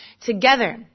Together